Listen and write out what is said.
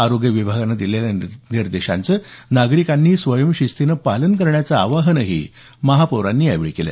आरोग्य विभागानं दिलेल्या निर्देशांचं नागरिकांनी स्वयंशिस्तीनं पालन करण्याचं आवाहनही महापौरांनी यावेळी केलं